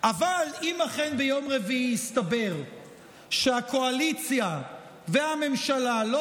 אבל אם אכן ביום רביעי יסתבר שהקואליציה והממשלה לא